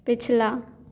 पिछला